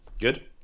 Good